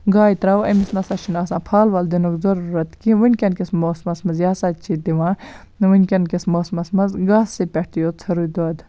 گایہِ تراوو أمِس نَسا چھُنہٕ آسان پھل وَل دِنُکھ ضروٗرت کِہیٖنۍ وٕنکٮ۪ن کِس موسمَس مَنز یہِ ہَسا چھِ دِوان وٕنکٮ۪ن کِس موسمَس مَنز گاسٕے پٮ۪ٹھٕ یوت ژھورُے دۄد